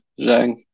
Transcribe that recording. Zhang